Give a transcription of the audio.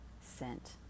scent